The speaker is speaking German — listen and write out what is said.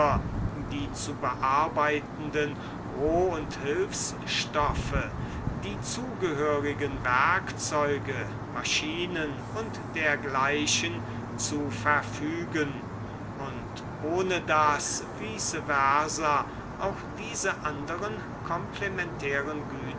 die zu bearbeitenden roh und hilfsstoffe die zugehörigen werkzeuge maschinen und dergleichen zu verfügen und ohne das vice versa auch diese anderen komplementären